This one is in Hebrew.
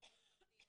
ההורים שלו מתלבטים.